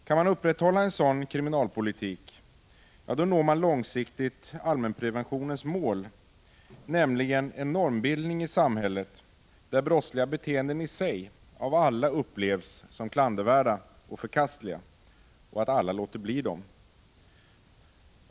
Kan man upprätthålla en sådan kriminalpolitik, når man långsiktigt allmänpreventionens mål, nämligen en normbildning i samhället där brottsliga beteenden i sig av alla upplevs som klandervärda och förkastliga och som leder till att man låter bli att begå brott.